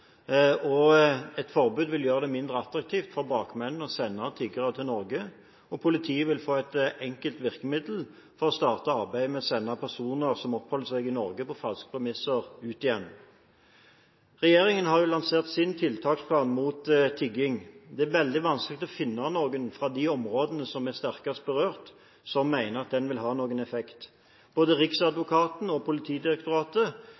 Et forbud vil gjøre det mindre attraktivt for bakmenn å sende tiggere til Norge, og politiet vil få et enkelt virkemiddel for å starte arbeidet med å sende personer som oppholder seg i Norge på falske premisser, ut igjen. Regjeringen har lansert sin tiltaksplan mot tigging. Det er veldig vanskelig å finne noen fra de områdene som er sterkest berørt, som mener at den vil ha noen effekt. Både